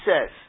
says